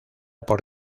por